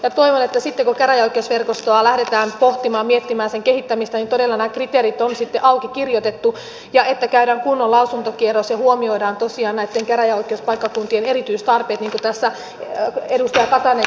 toivon että sitten kun käräjäoikeusverkostoa lähdetään pohtimaan miettimään sen kehittämistä niin todella nämä kriteerit on sitten auki kirjoitettu ja käydään kunnon lausuntokierros ja huomioidaan tosiaan näitten käräjäoikeuspaikkakuntien erityistarpeet niin kuin tässä edustaja katainenkin otti ansiokkaasti esiin